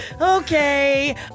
Okay